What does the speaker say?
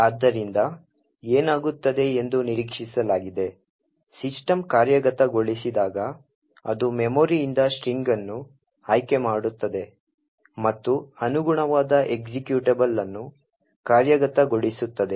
ಆದ್ದರಿಂದ ಏನಾಗುತ್ತದೆ ಎಂದು ನಿರೀಕ್ಷಿಸಲಾಗಿದೆ ಸಿಸ್ಟಮ್ ಕಾರ್ಯಗತಗೊಳಿಸಿದಾಗ ಅದು ಮೆಮೊರಿಯಿಂದ ಸ್ಟ್ರಿಂಗ್ ಅನ್ನು ಆಯ್ಕೆ ಮಾಡುತ್ತದೆ ಮತ್ತು ಅನುಗುಣವಾದ ಎಸ್ಎಕ್ಯೂಟಬಲ್ ಅನ್ನು ಕಾರ್ಯಗತಗೊಳಿಸುತ್ತದೆ